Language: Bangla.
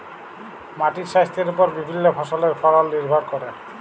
মাটির স্বাইস্থ্যের উপর বিভিল্য ফসলের ফলল লির্ভর ক্যরে